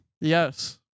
yes